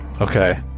Okay